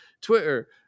twitter